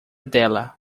dela